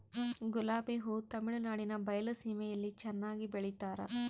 ಗುಲಾಬಿ ಹೂ ತಮಿಳುನಾಡಿನ ಬಯಲು ಸೀಮೆಯಲ್ಲಿ ಚೆನ್ನಾಗಿ ಬೆಳಿತಾರ